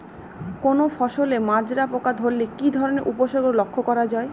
কোনো ফসলে মাজরা পোকা ধরলে কি ধরণের উপসর্গ লক্ষ্য করা যায়?